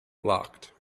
locked